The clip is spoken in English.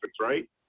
right